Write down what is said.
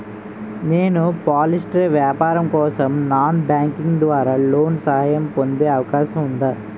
నేను పౌల్ట్రీ వ్యాపారం కోసం నాన్ బ్యాంకింగ్ ద్వారా లోన్ సహాయం పొందే అవకాశం ఉందా?